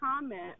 comment